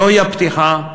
זוהי הפתיחה,